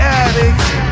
addicts